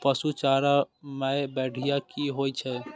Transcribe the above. पशु चारा मैं बढ़िया की होय छै?